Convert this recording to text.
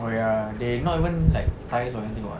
oh ya they not even like ties anything [what]